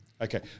Okay